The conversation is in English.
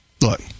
Look